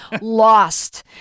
lost